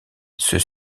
ceux